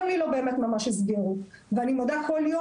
גם לי לא הסבירו בדיוק על מה זה ביטוח ואני מודה יום יום,